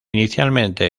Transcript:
inicialmente